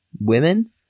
women